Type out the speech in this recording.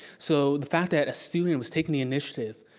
so the fact that a student was taking the initiative,